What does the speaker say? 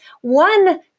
one